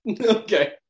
Okay